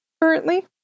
currently